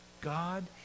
God